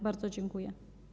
Bardzo dziękuję.